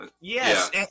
Yes